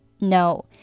No